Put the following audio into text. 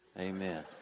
Amen